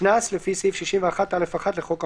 קנס לפי סעיף 61(א)(1) לחוק העונשין.